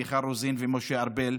מיכל רוזין ומשה ארבל.